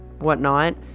whatnot